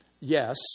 Yes